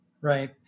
Right